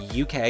UK